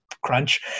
crunch